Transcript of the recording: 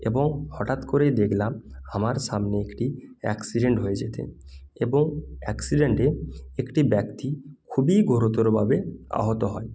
এবং হঠাৎ করেই দেখলাম আমার সামনে একটি অ্যাকসিডেন্ট হয়ে যেতে এবং অ্যাকসিডেন্টে একটি ব্যক্তি খুবই গুরুতরভাবে আহত হয়